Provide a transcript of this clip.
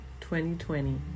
2020